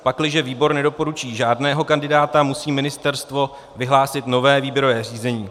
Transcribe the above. Pakliže výbor nedoporučí žádného kandidáta, musí ministerstvo vyhlásit nové výběrové řízení.